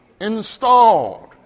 Installed